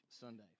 Sunday